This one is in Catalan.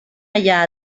allà